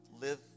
Live